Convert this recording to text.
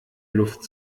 luft